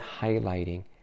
highlighting